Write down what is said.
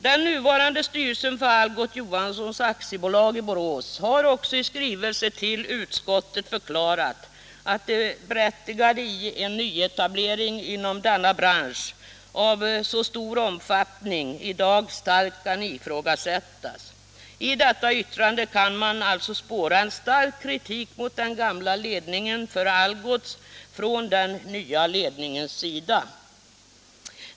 Den nuvarande styrelsen för Algot Johansson AB i Borås har också i skrivelse till utskottet förklarat att det berättigade i en nyetablering inom denna bransch av så stor omfattning i dag starkt kan ifrågasättas. I detta yttrande kan man alltså spåra en stark kritik mot den gamla ledningen av Algots från den nya ledningen.